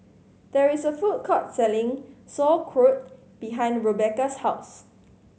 there is a food court selling Sauerkraut behind Rebekah's house